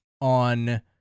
on